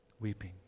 Weeping